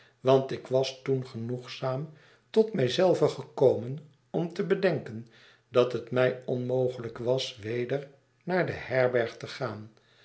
want ik was toen genoegzaam tot mij zelven gekomen om te bedenken dat het mij onmogehjk was weder naar de herberg te gaan